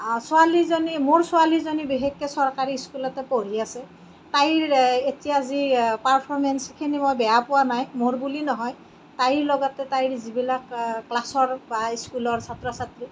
ছোৱালীজনী মোৰ ছোৱালীজনী বিশেষকৈ চৰকাৰী স্কুলতে পঢ়ি আছে তাইৰ এতিয়া যি পাৰ্ফমেঞ্চখিনি মই বেয়া পোৱা নাই মোৰ বুলি নহয় তাইৰ লগতে তাইৰ যিবিলাক ক্লাছৰ বা স্কুলৰ ছাত্ৰ ছাত্ৰী